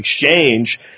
exchange